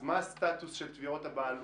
אז מה הסטטוס של תביעות הבעלות?